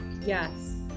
Yes